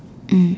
mm